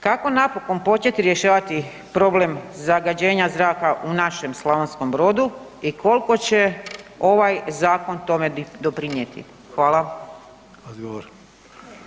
Kako napokon početi rješavati problem zagađenja zraka u našem Slavonskom Brodu i koliko će ovaj zakon tome doprinijeti.